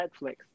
Netflix